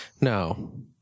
No